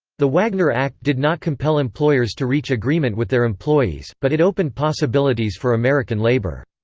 the wagner act did not compel employers to reach agreement with their employees, but it opened possibilities for american labor.